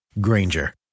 Granger